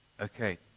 Okay